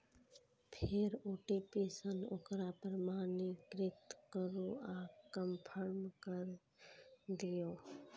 फेर ओ.टी.पी सं ओकरा प्रमाणीकृत करू आ कंफर्म कैर दियौ